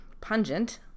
pungent